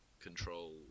control